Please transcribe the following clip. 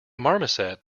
marmoset